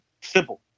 Simple